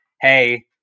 hey